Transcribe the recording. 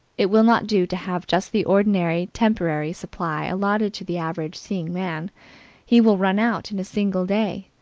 it will not do to have just the ordinary, temporary supply allotted to the average seeing man he will run out in a single day.